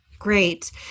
Great